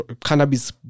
cannabis